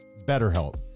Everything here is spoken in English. BetterHelp